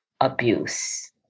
abuse